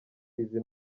izi